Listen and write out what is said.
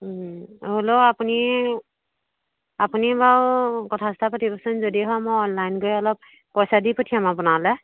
হ'লেও আপুনি আপুনি বাৰু কথা চথা পাতিবচোন যদি হয় মই অনলাইন কৰি অলপ পইচা দি পঠিয়াম আপোনালৈ